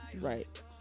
Right